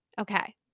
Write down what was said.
okay